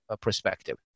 perspective